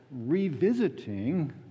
revisiting